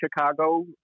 Chicago